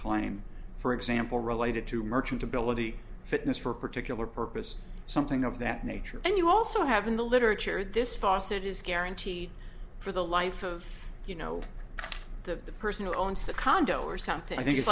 claim for example related to merchantability fitness for a particular purpose something of that nature and you also have in the literature this fawcett is guaranteed for the life of you know the person who owns the condo or something i think i